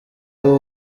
ari